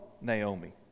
Naomi